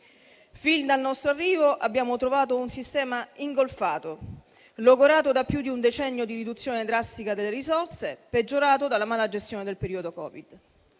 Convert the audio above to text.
Fin dal nostro arrivo abbiamo trovato un sistema ingolfato, logorato da più di un decennio di riduzione drastica delle risorse, peggiorato dalla mala gestione del periodo Covid.